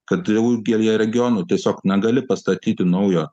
kad daugelyje regionų tiesiog na gali pastatyti naujo